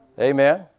Amen